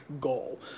goal